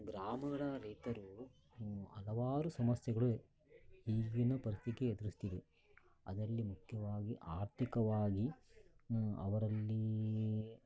ಗ್ರಾಮಗಳ ರೈತರು ಹಲವಾರು ಸಮಸ್ಯೆಗಳು ಈಗ್ಲೂ ಪ್ರಸ್ತುತ ಎದುರಿಸ್ತೀವಿ ಅದರಲ್ಲಿ ಮುಖ್ಯವಾಗಿ ಆರ್ಥಿಕವಾಗಿ ಅವರಲ್ಲಿ